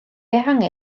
ehangu